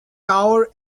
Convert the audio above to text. tower